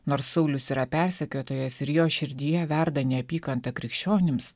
nors saulius yra persekiotojas ir jo širdyje verda neapykanta krikščionims